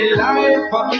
life